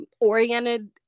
oriented